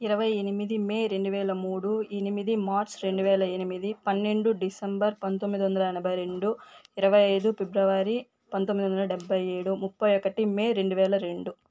ఇరవై ఎనిమిది మే రెండు వేల మూడు ఎనిమిది మార్చ్ రెండు వేల ఎనిమిది పన్నెండు డిసెంబర్ పంతొమ్మిది వందల ఎనభై రెండు ఇరవై ఐదు ఫిబ్రవరి పంతొమ్మిది వందల డెబ్భై ఏడు ముప్పై ఒకటి మే రెండు వేల రెండు